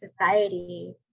society